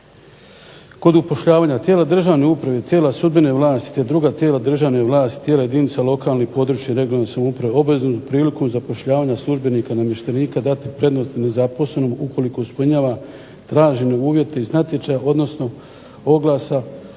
kod upošljavanja tijela državne uprave, tijela sudbene vlasti, te druga tijela državne vlasti, tijela jedinica lokalne i područne (regionalne) samouprave obvezno prilikom zapošljavanja službenika, namještenika dati prednost nezaposlenom ukoliko ispunjava tražene uvjete iz natječaja, odnosno oglasa